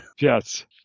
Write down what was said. Yes